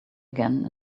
again